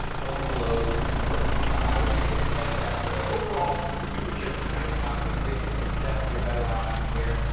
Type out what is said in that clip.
towing a load, merging onto the highway, things like that. so overall, the superchips ninety one octane race tune is definitely your better option here,